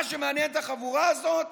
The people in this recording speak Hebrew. מה שמעניין את החבורה הזאת